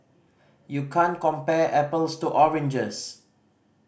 you can't compare apples to oranges